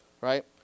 right